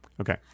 Okay